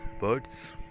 Birds